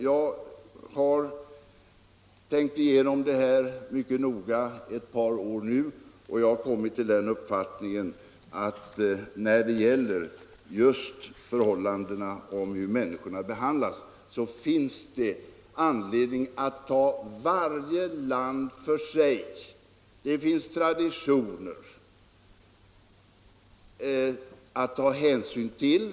Jag har under ett par år tänkt igenom detta mycket noga och kommit till den uppfattningen, att när det gäller förhållandena kring människornas behandling har vi anledning att bedöma varje land för sig. Det finns traditioner att ta hänsyn till.